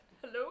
Hello